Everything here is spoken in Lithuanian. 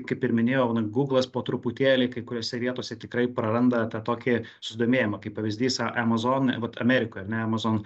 kaip ir minėjau na gūglas po truputėlį kai kuriose vietose tikrai praranda tą tokį susidomėjimą kaip pavyzdys amazon vat amerikoj ar ne amazon